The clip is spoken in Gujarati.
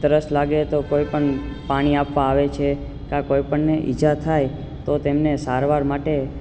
તરસ લાગે તો કોઈ પણ પાણી આપવા આવે છે કાં કોઈ પણ ઈજા થાય તો તેમને સારવાર માટે